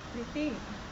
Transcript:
waiting